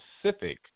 specific